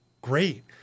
great